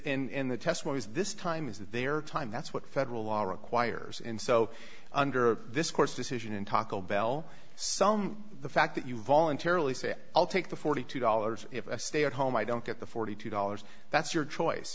testimonies this time is their time that's what federal law requires and so under this court's decision in taco bell some the fact that you voluntarily say i'll take the forty two dollars if i stay at home i don't get the forty two dollars that's your choice